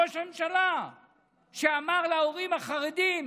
ראש הממשלה אמר להורים החרדים,